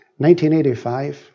1985